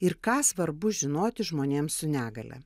ir ką svarbu žinoti žmonėms su negalia